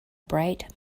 bright